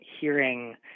hearing